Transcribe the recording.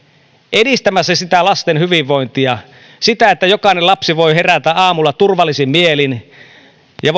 edistämässä sitä lasten hyvinvointia sitä että jokainen lapsi voi herätä aamulla turvallisin mielin ja